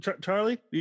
Charlie